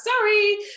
sorry